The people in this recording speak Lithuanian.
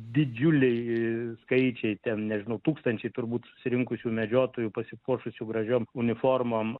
didžiuliai skaičiai ten nežinau tūkstančiai turbūt susirinkusių medžiotojų pasipuošusių gražiom uniformom